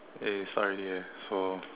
eh start already eh so